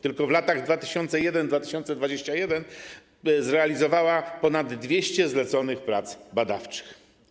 Tylko w latach 2001-2021 zrealizowała ponad 200 zleconych prac badawczych.